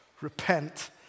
Repent